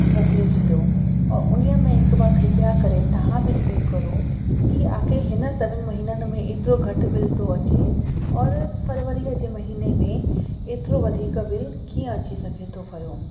मोकिले छॾो और उन में हिकु बार कृप्या करे तव्हां बि चैक करो की आख़िर हिन सभिनि महीननि में एतिरो घटि बिल थो अचे औरि फरवरीअ जे महीने में एतिरो वधीक बिल कीअं अची सघे थो पियो